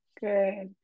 Good